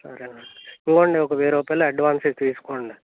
సరే అండి ఇదిగోండి ఒక వేయి రూపాయలు అడ్వాన్స్ ఇది తీసుకోండి